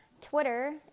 Twitter